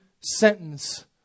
sentence